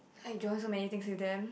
I join so many things with them